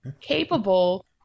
capable